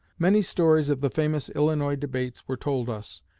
many stories of the famous illinois debates were told us,